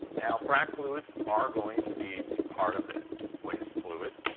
now, frac fluids are going to be part of this waste fluid.